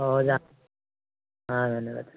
ହଉ ଯା ହଁ ଧନ୍ୟବାଦ